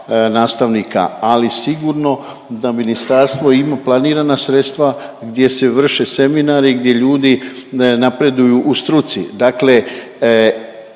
nastavnika ali sigurno da ministarstvo ima planirana sredstva gdje se vrše seminari, gdje ljudi napreduju u struci, dakle